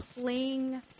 Cling